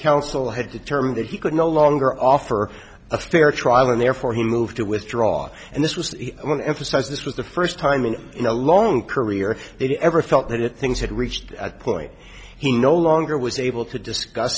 counsel had determined that he could no longer offer a fair trial and therefore he moved to withdraw and this was emphasized this was the first time in the long career he ever felt that it things had reached a point he no longer was able to discuss